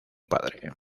padre